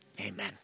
Amen